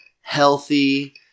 healthy